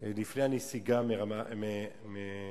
לפני הנסיגה מגוש-קטיף,